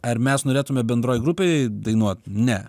ar mes norėtume bendroj grupėj dainuot ne